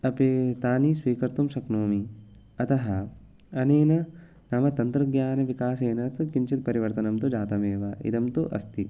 अपि तनि स्वीकर्तुं शक्नोमि अतः अनेन मम तन्त्रज्ञानविकासेन तु किञ्चित् पारिवर्तनं तु जातमेव इदं तु अस्ति